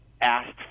asked